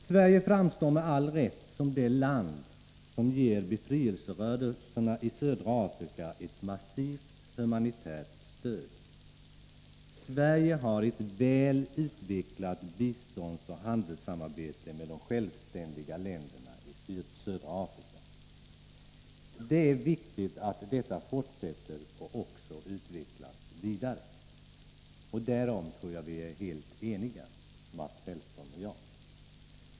Sverige framstår med all rätt som det land som ger befrielserörelserna i södra Afrika ett massivt humanitärt stöd. Sverige har ett väl utvecklat biståndsoch handelssamarbete med de självständiga länderna i södra Afrika. Det är viktigt att detta fortsätter och också utvecklas vidare. Därom tror jag Mats Hellström och jag är helt ense.